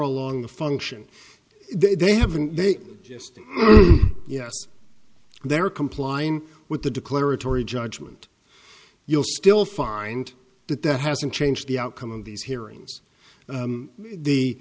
along the function they haven't they just yes they're complying with the declaratory judgment you'll still find that that hasn't changed the outcome of these hearings the